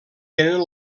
tenen